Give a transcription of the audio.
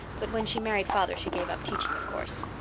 but when she married father she gave up teaching, of course.